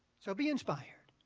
so be inspired,